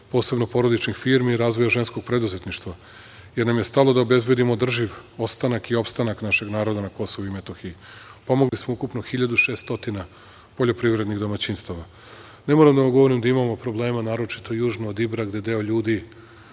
posebno porodičnih firmi i razvoja ženskog preduzetništva, jer nam je stalo da obezbedimo održiv ostanak i opstanak našeg naroda na Kosovu i Metohiji. Pomogli smo ukupno 1.600 stotina poljoprivrednih domaćinstava. Ne moram da vam govorim da imamo problema naročito južno od Ibra, gde deo ljudi,